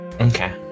Okay